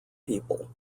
people